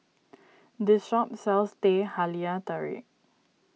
this shop sells Teh Halia Tarik